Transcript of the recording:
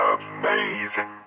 amazing